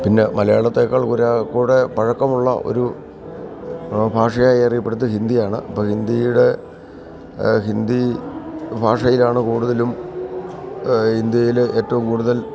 പിന്നെ മലയാളത്തെക്കാൾ കുറെക്കൂടെ പഴക്കമുള്ള ഒരു ഭാഷയായി അറിയപ്പെടുന്നത് ഹിന്ദിയാണ് അപ്പോള് ഹിന്ദിയുടെ ഹിന്ദി ഭാഷയിലാണ് കൂടുതലും ഇന്ത്യയില് ഏറ്റവും കൂടുതൽ